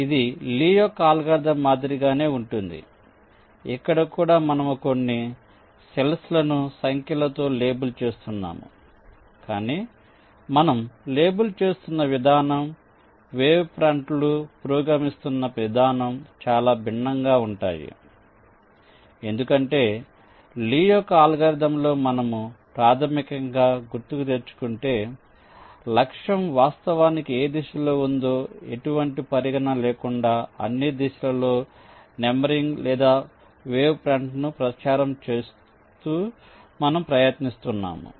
ఇది లీ యొక్క అల్గోరిథం మాదిరిగానే ఉంటుంది ఇక్కడ కూడా మనము కొన్ని సెల్ఫ్ లను సంఖ్యలతో లేబుల్ చేస్తున్నాము కాని మనం లేబుల్ చేస్తున్న విధానం వేవ్ ఫ్రంట్లు పురోగమిస్తున్న విధానం చాలా భిన్నంగా ఉంటాయి ఎందుకంటే లీ యొక్క అల్గోరిథంలో మనము ప్రాథమికంగా గుర్తుకు తెచ్చుకుంటే లక్ష్యం వాస్తవానికి ఏ దిశలో ఉందో ఎటువంటి పరిగణన లేకుండా అన్ని దిశలలో నంబరింగ్ లేదా వేవ్ ఫ్రంట్ను ప్రచారం చేయడానికి మనము ప్రయత్నిస్తున్నాము